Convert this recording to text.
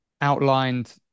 outlined